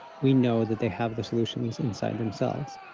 we know that they have the solutions inside themselves.